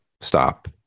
stop